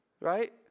right